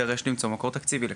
כן, ויידרש למצוא מקור תקציבי.